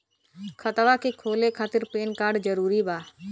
खतवा के खोले खातिर पेन कार्ड जरूरी बा?